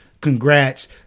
Congrats